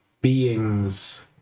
Beings